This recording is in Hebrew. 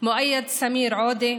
מואייד סמיר עודה,